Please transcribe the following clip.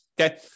Okay